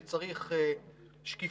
וצריך שקיפות.